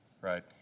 right